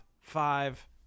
five